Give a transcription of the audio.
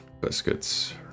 biscuits